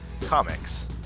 comics